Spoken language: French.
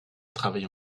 travaillé